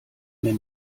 mir